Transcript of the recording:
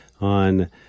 on